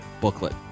booklet